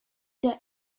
der